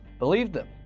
believed him.